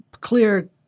clear